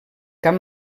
cap